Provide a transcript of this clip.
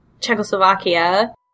Czechoslovakia